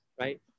Right